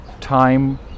time